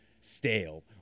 stale